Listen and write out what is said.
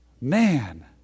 Man